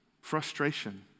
frustration